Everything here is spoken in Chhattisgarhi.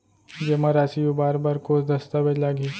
जेमा राशि उबार बर कोस दस्तावेज़ लागही?